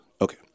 Okay